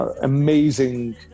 amazing